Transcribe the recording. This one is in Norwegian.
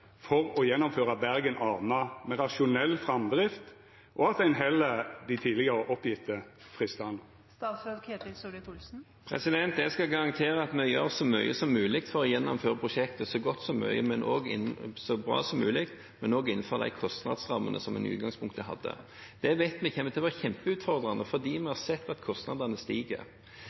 for å gjennomføra Bergen-Arna med rasjonell framdrift, og at ein held dei tidlegare oppgitte tidsfristane?» Jeg skal garantere at vi gjør så mye som mulig for å gjennomføre prosjektet så bra som mulig, men også innenfor de kostnadsrammene som en i utgangspunktet hadde. Det vet vi kommer til å bli kjempeutfordrende, for vi har sett at kostnadene stiger.